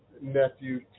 nephew